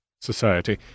society